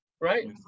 Right